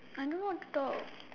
I don't know what to talk